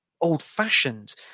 old-fashioned